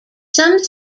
some